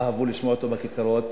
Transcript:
אהבו לשמוע אותו בכיכרות,